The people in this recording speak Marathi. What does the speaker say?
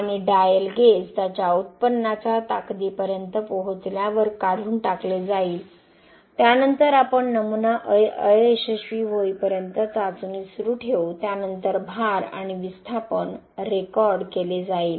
आणि डायल गेज त्याच्या उत्पन्नाच्या ताकदीपर्यंत पोहोचल्यावर काढून टाकले जाईल त्यानंतर आपण नमुना अयशस्वी होईपर्यंत चाचणी सुरू ठेवू त्यानंतर भार आणि विस्थापन रेकॉर्ड केले जाईल